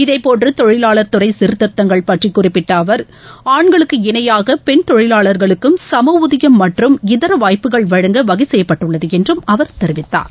இதேபோன்று தொழிலாளர் துறை சீர்திருத்தங்கள் பற்றி குறிப்பிட்ட அவர் ஆண்களுக்கு இணையாக பெண் தொழிலாளர்களுக்கும் சமஊதியம் மற்றும் இதர வாய்ப்புகள் வழங்க வகை செய்யப்பட்டுள்ளது என்று அவர் தெரிவித்தார்